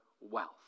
wealth